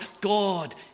God